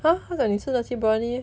!huh! 他讲你吃 nasi briyani leh